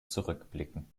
zurückblicken